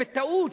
בטעות,